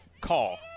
Call